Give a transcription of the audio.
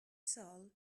sal